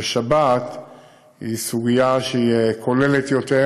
בשבת היא סוגיה כוללת יותר,